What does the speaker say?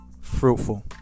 Fruitful